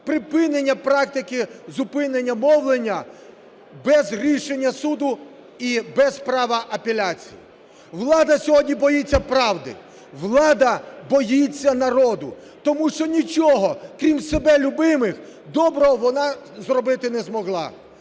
припинення практики зупинення мовлення без рішення суду і без права апеляції. Влада сьогодні боїться правди, влада боїться народу, тому що нічого, крім "себе любимих", доброго вона зробити не змогла.